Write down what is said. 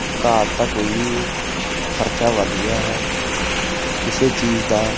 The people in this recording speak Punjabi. ਘਾਟ ਤਾਂ ਕੋਈ ਨਹੀਂ ਹੈ ਖਰਚਾ ਵੱਧ ਗਿਆ ਹੈ ਕਿਸੇ ਚੀਜ਼ ਦਾ